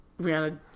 Rihanna